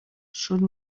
són